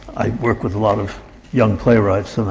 i work with a lot of young playwrights,